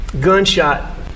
gunshot